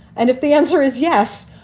and if the answer is yes,